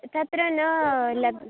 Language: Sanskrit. तत्र न लब्